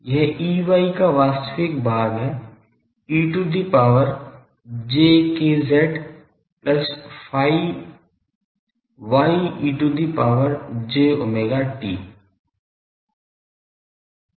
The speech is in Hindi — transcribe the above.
यह Ey का वास्तविक भाग है e to the power j k z plus phi y e to the power j omega t